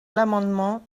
l’amendement